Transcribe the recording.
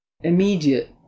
immediate